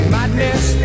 Madness